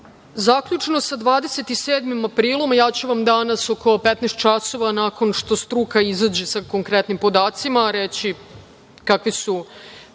Italije. Zaključno sa 27. aprilom, a ja ću vam danas oko 15.00 časova, nakon što struka izađe sa konkretnim podacima, reći kakvi su